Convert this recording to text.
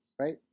Right